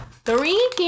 Three